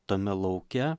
tame lauke